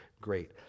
great